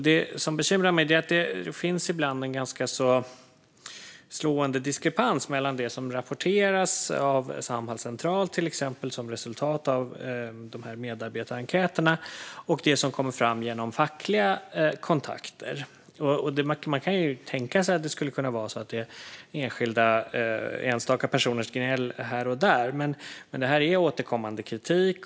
Det som bekymrar mig är att det ibland finns en ganska slående diskrepans mellan det som rapporteras av Samhall centralt, till exempel som resultat av medarbetarenkäterna, och det som kommer fram genom fackliga kontakter. Man kan tänka sig att det skulle kunna vara gnäll från enstaka personer här och där, men detta är återkommande kritik.